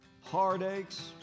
heartaches